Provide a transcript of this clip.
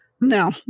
No